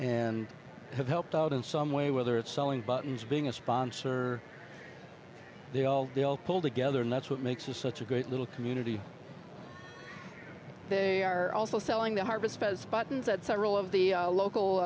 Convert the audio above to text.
and have helped out in some way whether it's selling buttons being a sponsor they all pulled together and that's what makes this such a great little community they are also selling their harvest buttons at several of the local